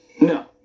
No